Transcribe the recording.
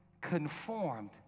conformed